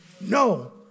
No